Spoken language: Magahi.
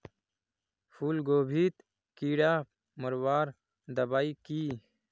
फूलगोभीत कीड़ा मारवार दबाई की?